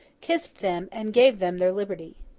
kissed them, and gave them their liberty.